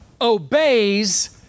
obeys